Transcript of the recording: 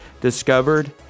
discovered